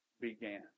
began